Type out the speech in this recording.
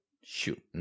Shoot